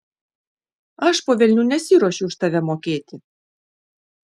aš po velnių nesiruošiu už tave mokėti